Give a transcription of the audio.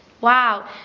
Wow